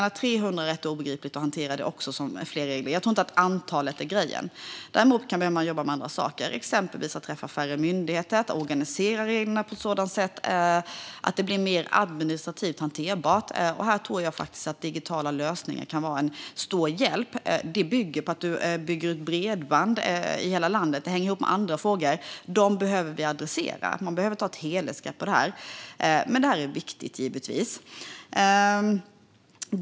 Även 300 regler är rätt obegripligt att hantera. Däremot kan man jobba med andra saker, exempelvis att träffa färre myndigheter och att organisera reglerna på ett sådant sätt att det blir mer administrativt hanterbart. Här tror jag faktiskt att digitala lösningar kan vara en stor hjälp. Det bygger på att man bygger ut bredband i hela landet och även andra frågor, och dem behöver vi adressera. Man behöver ta ett helhetsgrepp på det. Detta är givetvis viktigt.